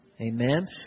amen